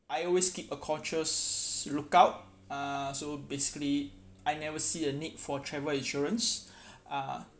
I always keep a cautious lookout uh so basically I never see a need for travel insurance uh